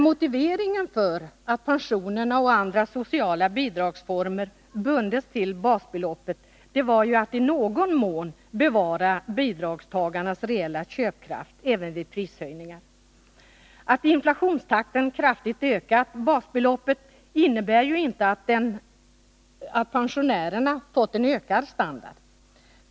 Motiveringen för att pensionerna och andra former för sociala bidrag bundits till basbeloppet var dock att man i någon mån ville bevara bidragstagarnas reella köpkraft även vid prishöjningar. Att inflationstakten kraftigt ökat basbeloppet innebär ju inte att pensionärerna fått en ökad standard.